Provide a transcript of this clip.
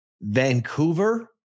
Vancouver